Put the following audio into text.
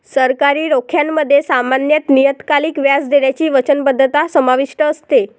सरकारी रोख्यांमध्ये सामान्यत नियतकालिक व्याज देण्याची वचनबद्धता समाविष्ट असते